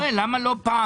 לא, אני שואל, למה לא פעם?